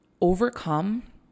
overcome